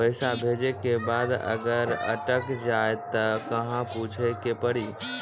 पैसा भेजै के बाद अगर अटक जाए ता कहां पूछे के पड़ी?